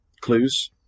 clues